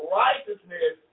righteousness